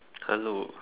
hello